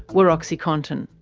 were oxycontin.